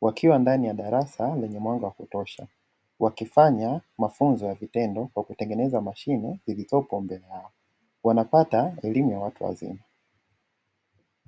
wakiwa ndani ya darasa lenye mwanga wa kutosha, wakifanya mafunzo ya vitendo ya kutengeneza mashine zilizopo mbele yao, wanapata elimu ya watu wazima.